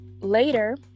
later